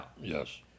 Yes